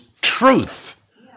truth